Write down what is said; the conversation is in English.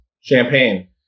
Champagne